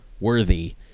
worthy